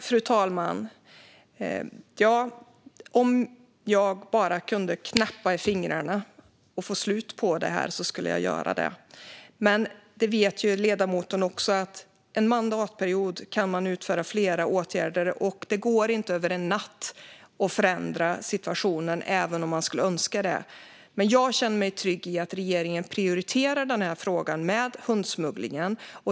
Fru talman! Om jag bara kunde knäppa med fingrarna och få slut på det här skulle jag göra det. Men ledamoten vet också att man under en mandatperiod kan vidta flera åtgärder. Och det går inte att förändra situationen över en natt, även om man skulle önska det. Jag känner mig trygg med att regeringen prioriterar frågan med hundsmugglingen.